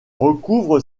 recouvre